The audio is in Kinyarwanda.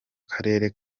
karere